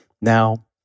Now